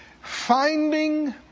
Finding